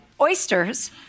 oysters